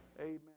Amen